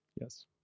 Yes